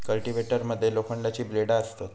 cultivator मध्ये लोखंडाची ब्लेडा असतत